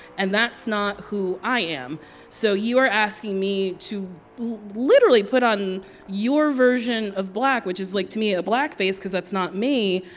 and that's not who i am so you are asking me to literally put on your version of black, which is, like, to me a blackface cause that's not me.